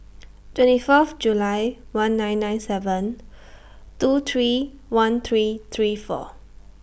twenty Fourth July one nine nine seven two three one three three four